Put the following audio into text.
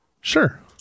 Sure